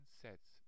sets